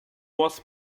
was